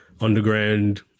underground